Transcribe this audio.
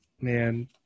Man